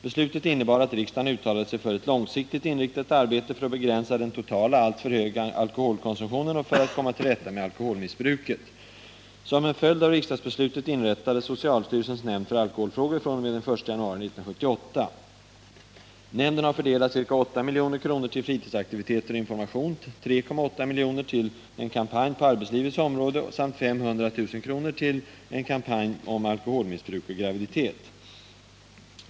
Beslutet innebar att riksdagen uttalade sig för ett långsiktigt inriktat arbete för att begränsa den totala, alltför höga alkoholkonsumtionen och för att komma till rätta med alkoholmissbruket. Som en följd av riksdagsbeslutet inrättades socialstyrelsens nämnd för alkoholfrågor den 1 januari 1978. Nämnden har fördelat ca 8 milj.kr. till fritidsaktiviteter och information, 3,8 milj.kr. till en kampanj på arbetslivets område samt 500 000 kr. till en kampanj om alkoholmissbruk och graviditet.